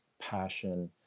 passion